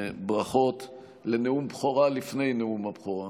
ברכות על נאום בכורה לפני נאום הבכורה.